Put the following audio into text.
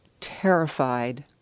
terrified